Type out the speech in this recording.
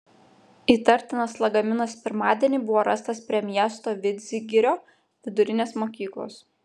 įtartinas lagaminas pirmadienį buvo rastas prie miesto vidzgirio vidurinės mokyklos